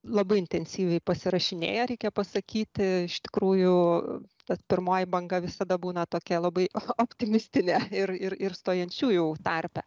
labai intensyviai pasirašinėja reikia pasakyti iš tikrųjų tad pirmoji banga visada būna tokia labai optimistinė ir ir stojančiųjų tarpe